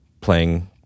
playing